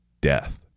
death